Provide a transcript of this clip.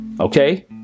okay